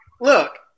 Look